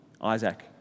Isaac